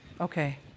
Okay